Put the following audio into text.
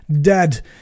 dead